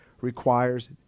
requires